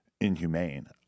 inhumane